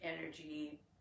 energy